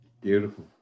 Beautiful